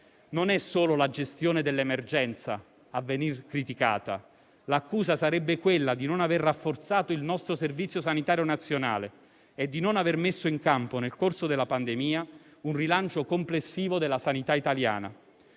Non è solo la gestione dell'emergenza a venir criticata: l'accusa sarebbe quella di non aver rafforzato il nostro Servizio sanitario nazionale e di non aver messo in campo nel corso della pandemia un rilancio complessivo della sanità italiana.